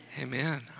Amen